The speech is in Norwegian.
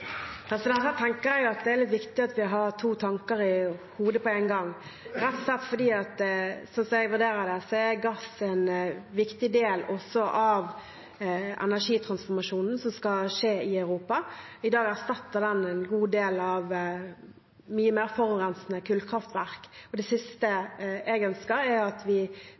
Jeg tenker det er litt viktig at vi har to tanker i hodet på en gang, rett og slett fordi at slik jeg vurderer det, er gass en viktig del også av energitransformasjonen som skal skje i Europa. I dag erstatter den en god del av mye mer forurensende kullkraft. Det siste jeg ønsker, er at vi